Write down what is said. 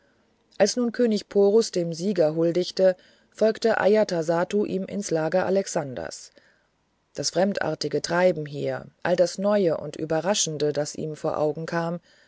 als nun könig porus dem sieger huldigte folgte ajatasattu ihm ins lager alexanders das fremdartige treiben hier all das neue und überraschende das ihm vor augen kam